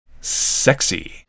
Sexy